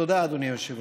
תודה, אדוני היושב-ראש.